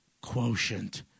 quotient